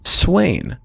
swain